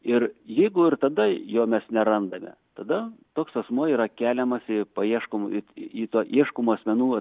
ir jeigu ir tada jo mes nerandame tada toks asmuo yra keliamas į paieškomų į į tą ieškomų asmenų